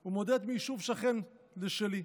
הוא מודד מיישוב שכן לשלי.